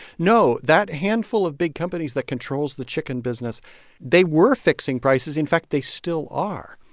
no, that handful of big companies that controls the chicken business they were fixing prices. in fact, they still are.